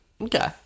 Okay